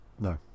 No